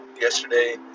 Yesterday